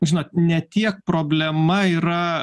žinot ne tiek problema yra